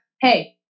Hey